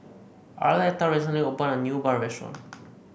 Arletta recently opened a new bun restaurant